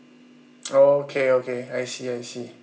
oh okay okay I see I see